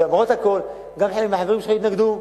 ולמרות הכול, גם חלק מהחברים שלך התנגדו.